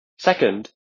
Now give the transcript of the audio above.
Second